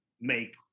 make